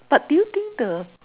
but do you think the